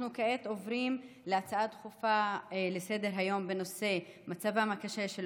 אנחנו עוברים להצעות דחופות לסדר-היום בנושא: מצבם הקשה של